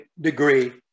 degree